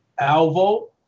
Alvo